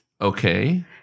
Okay